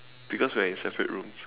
because we are in separate rooms